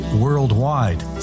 worldwide